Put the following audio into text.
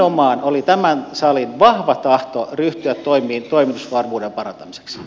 nimenomaan oli tämän salin vahva tahto ryhtyä toimiin toimitusvarmuuden parantamiseksi